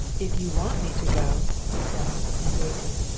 if you want me to go he said, and waited.